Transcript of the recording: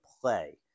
play